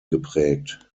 geprägt